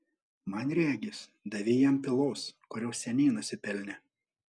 man regis davei jam pylos kurios seniai nusipelnė